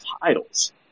titles